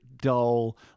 dull